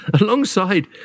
Alongside